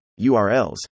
URLs